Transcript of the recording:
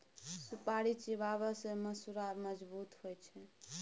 सुपारी चिबाबै सँ मसुरा मजगुत होइ छै